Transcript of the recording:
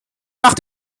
nach